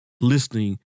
listening